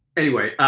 anyway,